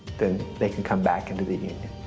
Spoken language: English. then they can come back into the union.